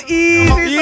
easy